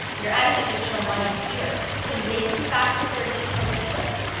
you're adding additional moneys here. can they come back with their additional wish list?